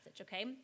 okay